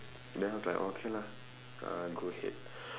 then I was like orh okay lah go ahead